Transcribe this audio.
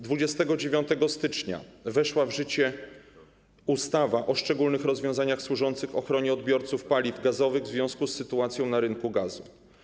29 stycznia weszła w życie ustawa o szczególnych rozwiązaniach służących ochronie odbiorców paliw gazowych w związku z sytuacją na rynku gazu.